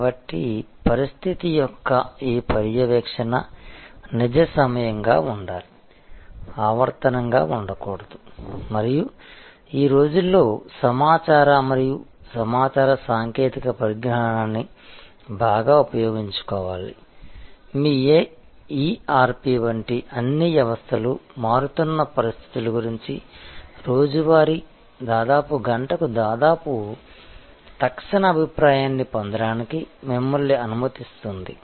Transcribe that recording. కాబట్టి పరిస్థితి యొక్క ఈ పర్యవేక్షణ నిజ సమయంగా ఉండాలి ఆవర్తనంగా ఉండకూడదు మరియు ఈ రోజుల్లో సమాచార మరియు సమాచార సాంకేతిక పరిజ్ఞానాన్ని బాగా ఉపయోగించుకోవాలి మీ ERP వంటి అన్ని వ్యవస్థలు మారుతున్న పరిస్థితుల గురించి రోజువారీ దాదాపు గంటకు దాదాపు తక్షణ అభిప్రాయాన్ని పొందడానికి మిమ్మల్ని అనుమతిస్తుంది